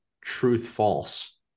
truth-false